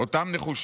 אותם, נחושים.